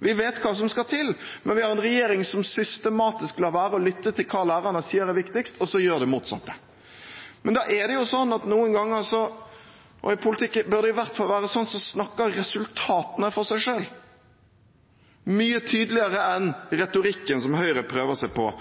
Vi vet hva som skal til, men vi har en regjering som systematisk lar være å lytte til hva lærerne sier er viktigst, og som gjør det motsatte. Men noen ganger – og i politikken bør det i hvert fall være slik – snakker resultatene for seg selv, mye tydeligere enn retorikken som Høyre prøver seg på.